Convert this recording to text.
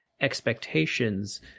expectations